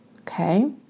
okay